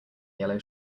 yellow